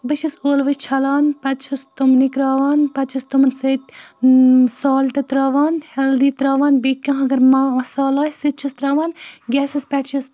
بہٕ چھَس ٲلوٕ چھَلان پَتہٕ چھَس تِم نِکراوان پَتہٕ چھَس تِمَن سۭتۍ سالٹ ترٛاوان ہٮ۪لدی ترٛاوان بیٚیہِ کانٛہہ اگر ما مصالہٕ آسہِ سُہ تہِ چھَس ترٛاوان گیسَس پٮ۪ٹھ چھَس